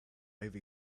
over